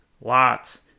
lots